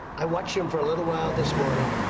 i watched him for a little while this morning,